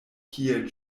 kiel